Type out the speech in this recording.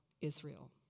Israel